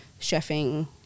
chefing